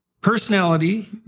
personality